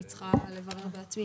אני צריכה לברר את זה בעצמי.